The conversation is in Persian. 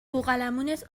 بوقلمونت